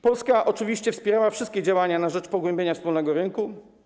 Polska oczywiście wspierała wszystkie działania na rzecz pogłębienia wspólnego rynku.